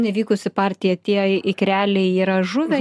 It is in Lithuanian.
nevykusi partija tie ikreliai yra žuvę